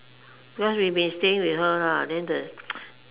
because we been staying with her then the